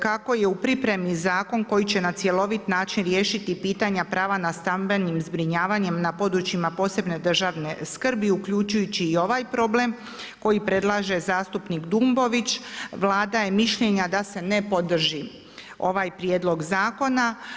Kako je u pripremi zakon koji će na cjeloviti način riješiti pitanja prava nad stambenim zbrinjavanjem na područjima posebne državne skrbi uključujući i ovaj problem koji predlaže zastupnik Dumbović, Vlada je mišljenja da se ne podrži ovaj prijedlog zakona.